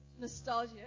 nostalgia